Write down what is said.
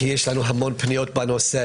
כי יש לנו המון פניות בנושא